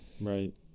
Right